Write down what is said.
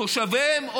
תושביהן,